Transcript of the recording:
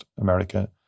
America